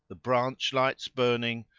the branch lights burning,